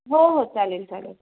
हो हो चालेल चालेल